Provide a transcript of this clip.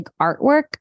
artwork